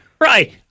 right